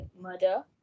murder